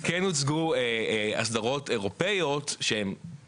במקום שבו האסדרה האירופית לא קיימת ביחס לפעילות סביבתית,